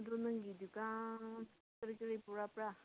ꯑꯗꯨ ꯅꯪꯒꯤ ꯗꯨꯀꯥꯟ ꯀꯔꯤ ꯀꯔꯤ ꯄꯨꯔꯛꯄ꯭ꯔ